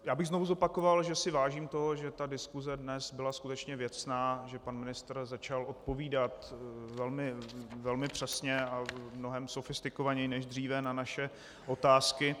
Já bych znovu zopakoval, že si vážím toho, že diskuse dnes byla skutečně věcná, že pan ministr začal odpovídat velmi přesně a mnohem sofistikovaněji než dříve na naše otázky.